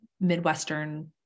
Midwestern